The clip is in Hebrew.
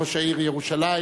ראש העיר ירושלים,